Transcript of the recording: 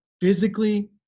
physically